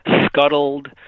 scuttled